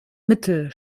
mittel